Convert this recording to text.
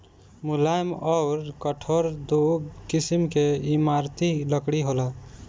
मुलायम अउर कठोर दू किसिम के इमारती लकड़ी होला